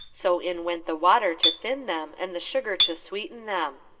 so in went the water to thin them, and the sugar to sweeten them.